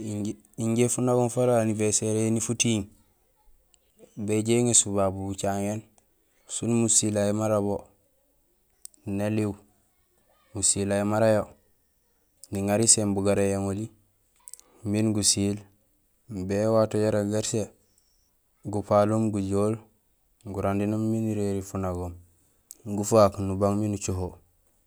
Injé funagoom fara anniversaire room éni futiiŋ béjoow éŋésul babu bucaŋéén sin musilay mara bo néliw musilay mara yo niŋaar iséén bugara yang oli miin gusiil imbi éwato yara garsee gupaloom gujool gurandénoom miin iréri funagoom gufaak nubang miin ucoho.